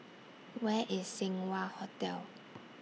Where IS Seng Wah Hotel